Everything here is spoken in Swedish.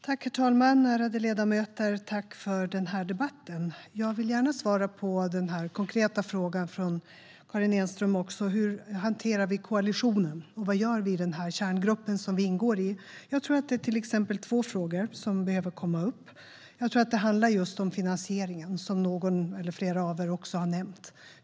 Herr talman! Ärade ledamöter! Tack för den här debatten! Jag vill gärna svara på den konkreta frågan från Karin Enström om hur vi hanterar koalitionen och vad vi gör i den här kärngruppen som vi ingår i. Jag tror att två frågor behöver komma upp, och jag tror att den ena är finansieringen, som flera av er har nämnt.